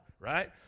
right